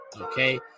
Okay